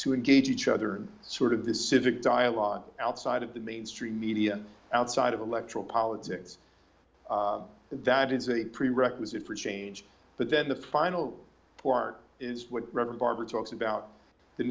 to engage each other sort of this civic dialogue outside of the mainstream media outside of electoral politics that is a prerequisite for change but then the final part is rather barbara talks about the